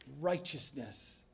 righteousness